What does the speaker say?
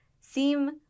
seem